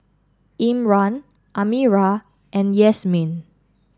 Imran Amirah and Yasmin